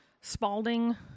Spalding